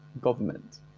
government